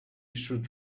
should